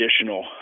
additional